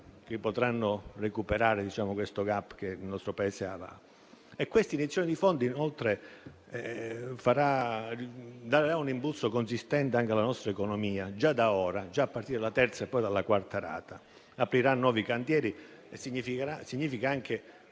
che potranno recuperare il *gap* che il nostro Paese avrà. Questa iniezione di fondi, inoltre, darà un impulso consistente anche alla nostra economia, già da ora, già a partire dalla terza rata e poi dalla quarta; aprirà nuovi cantieri e ciò significa anche